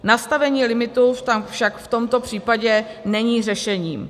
Nastavení limitu tam však v tomto případě není řešením.